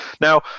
Now